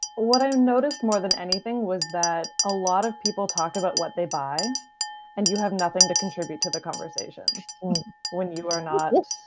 what i've noticed more than anything was that a lot of people talk about what they buy and you have nothing to contribute to the conversation when you are not